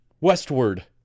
westward